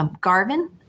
Garvin